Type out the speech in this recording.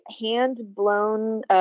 hand-blown